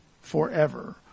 forever